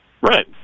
Right